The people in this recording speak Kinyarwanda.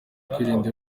kwirinda